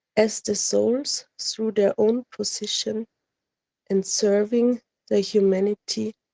as the souls through their own position and serving the humanity,